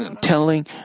telling